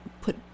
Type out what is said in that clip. put